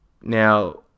now